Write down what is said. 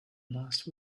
last